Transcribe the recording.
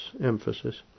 Emphasis